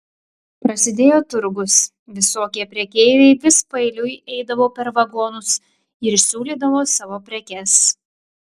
prasidėjo turgus visokie prekeiviai vis paeiliui eidavo per vagonus ir siūlydavo savo prekes